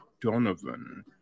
Donovan